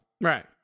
Right